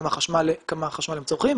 כמה חשמל הם צורכים,